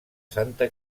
santa